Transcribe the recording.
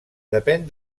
depén